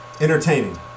entertaining